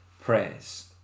prayers